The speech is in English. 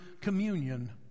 communion